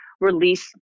release